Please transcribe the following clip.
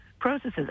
processes